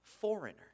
foreigner